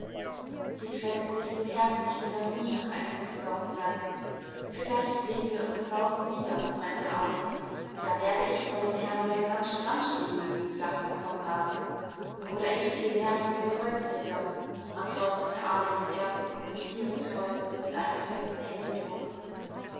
sie trennten sich so herzlich wie noch nie nach einem zusammensein vielleicht sehen wir uns draußen wieder meinte alex da werde ich vor dem herrn leutnant stramm stehen müssen lachte konrad oder ich vielmehr vor dem kreuzritter antwortete alex ernst und beziehungsvoll mit einem festen händedruck